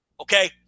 Okay